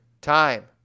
time